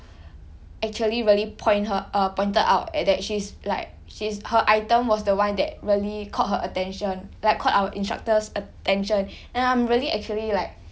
actually really point her err pointed out at that she's like she's her item was the one that really caught her attention like caught our instructor's attention and I'm really actually like